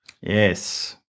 yes